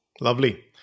Lovely